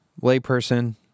layperson